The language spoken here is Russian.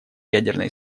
ядерное